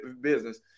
business